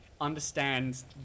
understands